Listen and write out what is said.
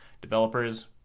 Developers